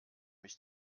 mich